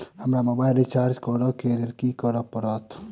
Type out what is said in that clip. हमरा mobile recharge करऽ केँ लेल की करऽ पड़त?